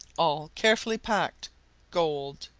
all carefully packed gold!